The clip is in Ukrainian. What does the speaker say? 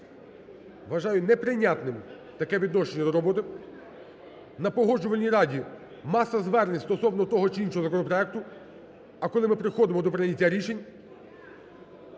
Вважаю, не прийнятним таке відношення до роботи. На Погоджувальній раді маса звернень стосовно того чи іншого законопроекту, а коли ми приходимо до прийняття рішень,